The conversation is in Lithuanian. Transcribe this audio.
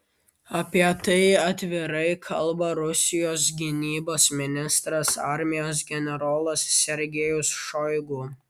apie tai atvirai kalba rusijos gynybos ministras armijos generolas sergejus šoigu